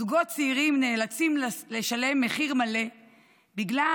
זוגות צעירים נאלצים לשלם מחיר מלא בגלל